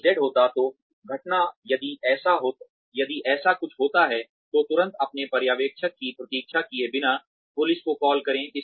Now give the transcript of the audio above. यदि Z होता है तो घटना यदि ऐसा कुछ होता है तो तुरंत अपने पर्यवेक्षक की प्रतीक्षा किए बिना पुलिस को कॉल करें